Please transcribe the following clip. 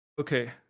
Okay